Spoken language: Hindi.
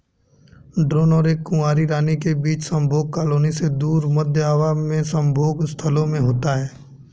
ड्रोन और एक कुंवारी रानी के बीच संभोग कॉलोनी से दूर, मध्य हवा में संभोग स्थलों में होता है